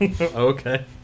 Okay